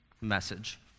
message